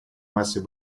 массой